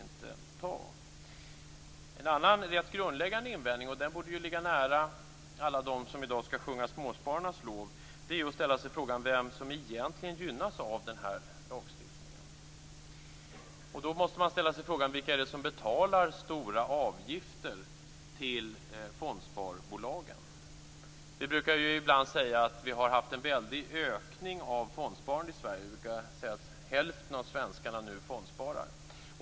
Det finns en annan rätt grundläggande invändning, som borde ligga nära alla dem som i dag skall sjunga småspararnas lov. Det är att ställa sig frågan vem som egentligen gynnas av den här lagstiftningen. Då måste man ställa sig frågan vilka det är som betalar stora avgifter till fondsparbolagen. Man brukar ibland säga att vi har haft en väldig ökning av fondsparande i Sverige. Man brukar säga att hälften av svenskarna nu fondsparar.